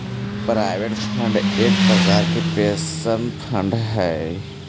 provident fund एक प्रकार के पेंशन फंड हई